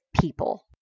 people